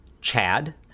Chad